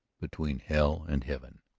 between hell and heaven.